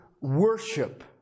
worship